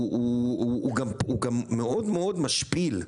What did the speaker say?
והוא גם מאוד מאוד משפיל.